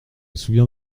souviens